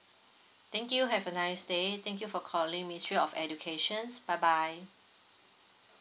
thank you have a nice day thank you for calling ministry of educations bye bye